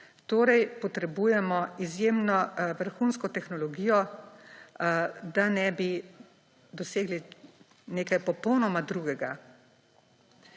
Torej potrebujemo izjemno vrhunsko tehnologijo, da ne bi dosegli nekaj popolnoma drugega.